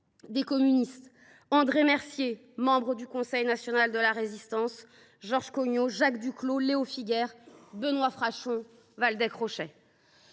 communistes : André Mercier, membre du Conseil national de la Résistance, Georges Cogniot, Jacques Duclos, Léo Figuères, Benoît Frachon ou encore Waldeck Rochet.